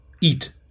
eat